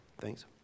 Thanks